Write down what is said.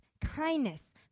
kindness